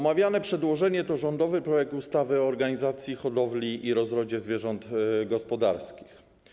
Omawiane przedłożenie to rządowy projekt ustawy o organizacji hodowli i rozrodzie zwierząt gospodarskich.